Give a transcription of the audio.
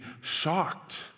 shocked